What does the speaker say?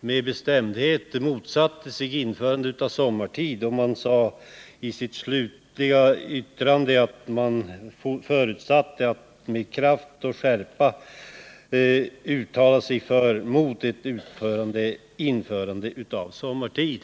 med bestämdhet motsatte sig införandet av sommartid, då stämman i sitt slutliga yttrande med kraft och skärpa uttalade sig mot ett införande av sommartid.